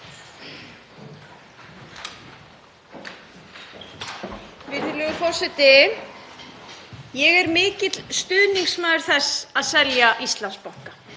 Virðulegur forseti. Ég er mikill stuðningsmaður þess að selja Íslandsbanka.